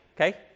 okay